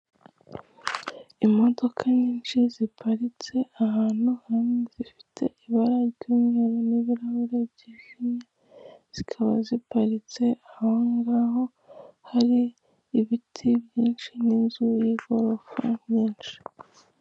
Imodoka nyinshi ziparitse ahantu hamwe zifite ibara ry'umweru n'ibirahure byikamwe zikaba ziparitse ahongaho hari ibiti byinshi n'inzu y'i gorofa nyinshi.